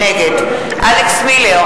נגד אלכס מילר,